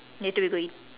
later we go eat